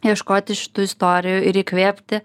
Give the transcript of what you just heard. ieškoti šitų istorijų ir įkvėpti